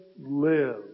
live